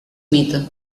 mito